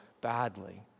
badly